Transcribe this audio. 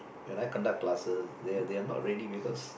when I conduct classes they are they are not ready because